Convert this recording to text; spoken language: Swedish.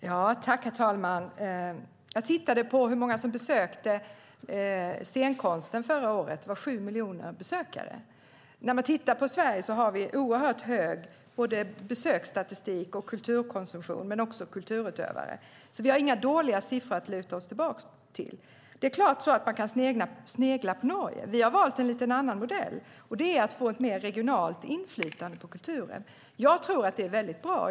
Herr talman! Jag tittade på hur många som besökte scenkonsten förra året. Det var 7 miljoner besökare. I Sverige har vi oerhört hög besöksstatistik och hög kulturkonsumtion men också högt kulturutövande. Vi har inga dåliga siffror att luta oss mot. Det är klart att man kan snegla på Norge. Vi har valt en lite annan modell, och det är att få ett mer regionalt inflytande på kulturen. Jag tror att det är väldigt bra.